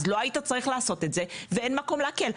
אז לא היית צריך לעשות את זה ואין מקום להקל,